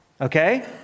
Okay